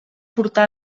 portà